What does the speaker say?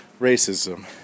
racism